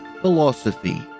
Philosophy